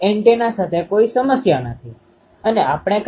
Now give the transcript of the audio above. patch એન્ટેનાને બદલે તેઓ ડાયપોલ્સનો પણ ઉપયોગ કરી શક્તા હતા